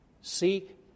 Seek